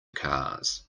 cars